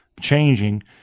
changing